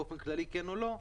כן או לא?